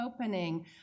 opening